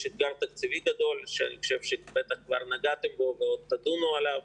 יש אתגר תקציבי גדול שבטח כבר נגעתם בו ועוד תדונו עליו.